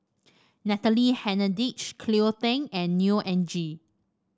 Natalie Hennedige Cleo Thang and Neo Anngee